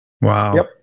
Wow